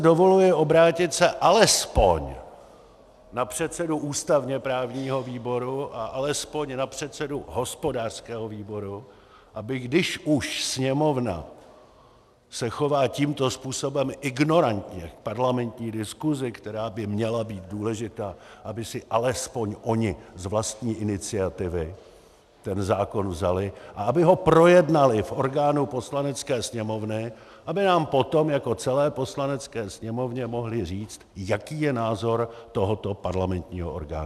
Tak si dovoluji obrátit se alespoň na předsedu ústavněprávního výboru a alespoň na předsedu hospodářského výboru, aby když už Sněmovna se chová tímto způsobem ignorantně k parlamentní diskuzi, která by měla být důležitá, aby si alespoň oni z vlastní iniciativy ten zákon vzali a aby ho projednali v orgánu Poslanecké sněmovny, aby nám potom jako celé Poslanecké sněmovně mohli říct, jaký je názor tohoto parlamentního orgánu.